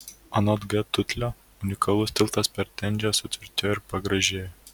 anot g tutlio unikalus tiltas per tenžę sutvirtėjo ir pagražėjo